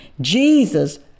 Jesus